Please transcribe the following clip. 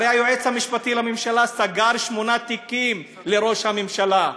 הרי היועץ המשפטי לממשלה סגר שמונה תיקים לראש הממשלה,